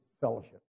fellowship